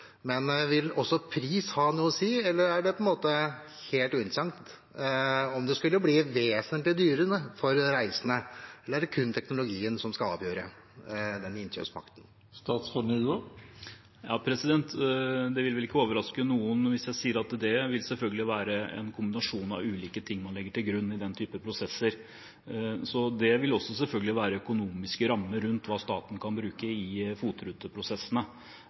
men vil også pris ha noe å si, eller er det på en måte helt uinteressant om det skulle bli vesentlig dyrere for de reisende? Eller er det kun teknologien som skal avgjøre den innkjøpspakken? Det vil vel ikke overraske noen hvis jeg sier at det vil selvfølgelig være en kombinasjon av ulike ting man legger til grunn i slike prosesser. Det vil selvfølgelig også være økonomiske rammer rundt hva staten kan bruke i